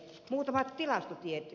muutama tilastotieto